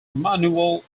emmanuel